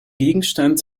gegenstand